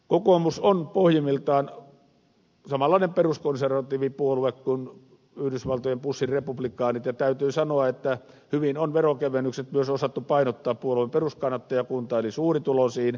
kokoomus on pohjimmiltaan samanlainen peruskonservatiivipuolue kuin yhdysvaltojen bushin republikaanit ja täytyy sanoa että hyvin on veronkevennykset myös osattu painottaa puolueen peruskannattajakuntaan eli suurituloisiin